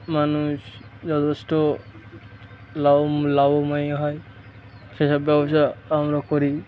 মানুষ যথেষ্ট লাভ লাভময় হয় সেসব ব্যবসা আমরা করি